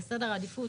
וסדר העדיפות